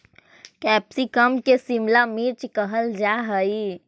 capsicum के शिमला मिर्च कहल जा हइ